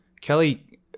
Kelly